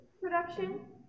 production